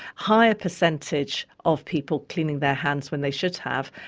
higher percentage of people cleaning their hands when they should have,